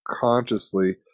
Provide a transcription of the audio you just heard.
consciously